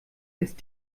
ist